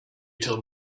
till